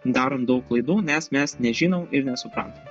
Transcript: darom daug klaidų nes mes nežinom ir nesuprantam